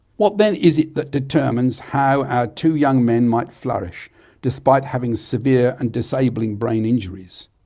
what then is it that determines how our two young men might flourish despite having severe and disabling brain injuries?